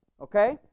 Okay